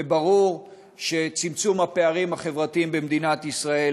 וברור שצמצום הפערים החברתיים במדינת ישראל